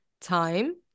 time